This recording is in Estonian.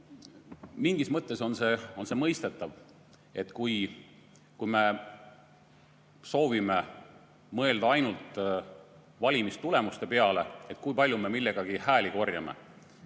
Mingis mõttes on see mõistetav. Kui me soovime mõelda ainult valimistulemuste peale, et kui palju me millegagi hääli korjame,